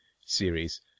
series